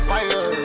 Fire